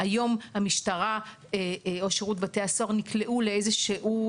היום המשטרה או שירות בתי הסוהר נקלעו לאיזשהו